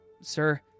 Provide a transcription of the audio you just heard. Sir